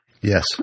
Yes